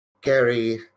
Gary